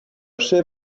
chef